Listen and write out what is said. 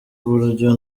uburyo